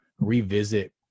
Revisit